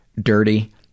dirty